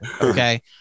Okay